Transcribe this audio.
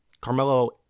Carmelo